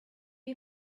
you